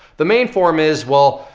the main form is, well,